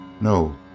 No